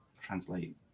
translate